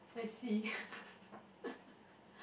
I see